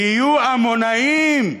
תהיו עמונאים,